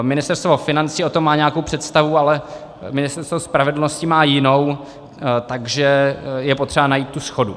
Ministerstvo financí o tom má nějakou představu, ale Ministerstvo spravedlnosti má jinou, takže je potřeba najít tu shodu.